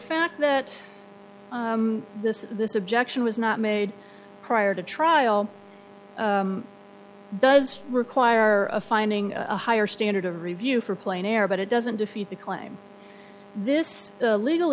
fact that this this objection was not made prior to trial does require a finding a higher standard of review for plain error but it doesn't defeat the claim this legal